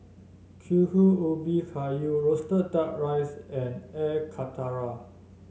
Kuih Ubi Kayu roasted duck rice and Air Karthira